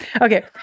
Okay